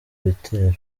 bitero